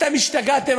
אתם השתגעתם?